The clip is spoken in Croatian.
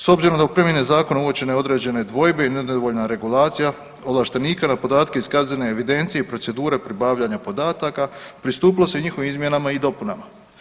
S obzirom da je u primjeni zakona uočene određene dvojbe i nedovoljna regulacija ovlaštenika na podatke iz kaznene evidencije i procedura pribavljanja podataka, pristupilo se njihovim izmjenama i dopunama.